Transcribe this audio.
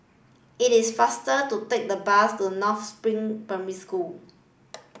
it is faster to take the bus to North Spring Primary School